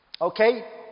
Okay